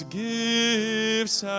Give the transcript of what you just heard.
gifts